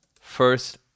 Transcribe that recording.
first